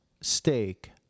steak